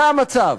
זה המצב,